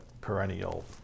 perennial